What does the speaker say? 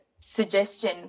suggestion